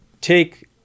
take